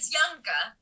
younger